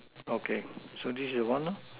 okay so this is the one lor